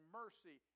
mercy